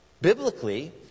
Biblically